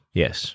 yes